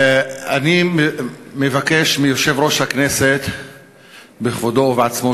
אני מבקש מיושב-ראש הכנסת בכבודו ובעצמו